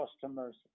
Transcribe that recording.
customers